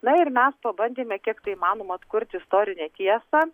na ir mes pabandėme kiek tai įmanoma atkurti istorinę tiesą